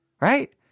right